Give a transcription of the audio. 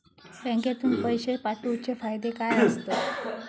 बँकेतून पैशे पाठवूचे फायदे काय असतत?